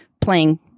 playing